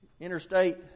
Interstate